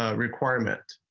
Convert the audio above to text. ah requirement.